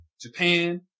Japan